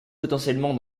potentiellement